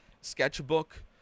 sketchbook